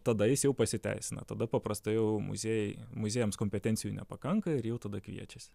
tada jis jau pasiteisina tada paprastai jau muziejai muziejams kompetencijų nepakanka ir jau tada kviečiasi